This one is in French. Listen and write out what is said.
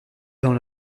dans